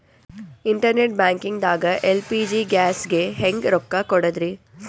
Internet banking ದಾಗ LPG ಗ್ಯಾಸ್ಗೆ ಹೆಂಗ್ ರೊಕ್ಕ ಕೊಡದ್ರಿ?